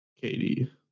Katie